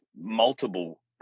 multiple